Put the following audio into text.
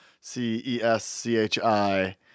C-E-S-C-H-I